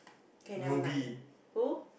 okay never mind who